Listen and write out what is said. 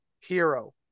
Hero